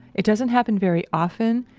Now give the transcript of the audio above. it doesn't happen very often,